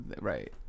Right